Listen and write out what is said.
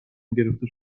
گرفته